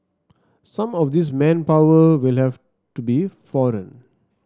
some of this manpower will have to be foreign